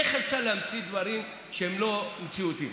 איך אפשר להמציא דברים לא מציאותיים?